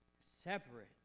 separate